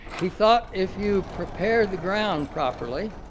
he thought if you prepared the ground properly,